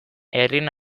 herrien